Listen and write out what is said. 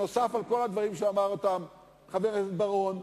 נוסף על כל הדברים שאמר חבר הכנסת בר-און.